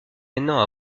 maintenant